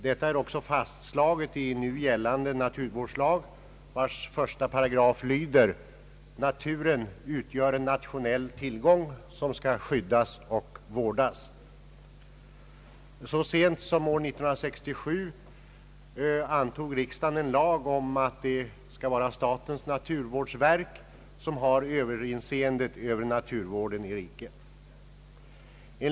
Detta är också fastslaget i nu gällande naturvårdslag, vars första paragraf lyder: »Naturen utgör en nationell tillgång, som skall skyddas och vårdas.» Så sent som år 1967 antog riksdagen en lag om att statens naturvårdsverk skulle ha överinseendet över naturvården i riket.